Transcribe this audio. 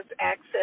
access